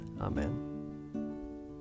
Amen